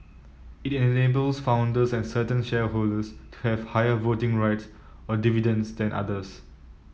it enables founders and certain shareholders to have higher voting rights or dividends than others